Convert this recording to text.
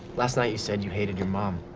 last night, you said you hated your mom.